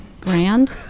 grand